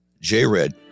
J-Red